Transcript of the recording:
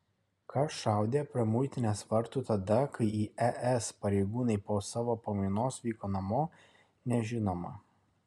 kas šaudė prie muitinės vartų tada kai į es pareigūnai po savo pamainos vyko namo nežinoma